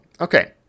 okay